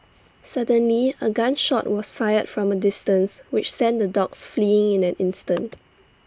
suddenly A gun shot was fired from A distance which sent the dogs fleeing in an instant